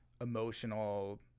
emotional